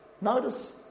Notice